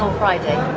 um friday?